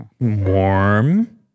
Warm